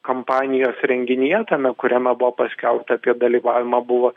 kampanijos renginyje tame kuriame buvo paskelbta apie dalyvavimą buvo